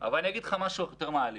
צריך לצאת לעבודה.